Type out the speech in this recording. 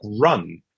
run